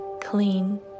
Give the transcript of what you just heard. clean